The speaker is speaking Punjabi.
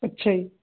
ਅੱਛਾ ਜੀ